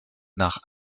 nach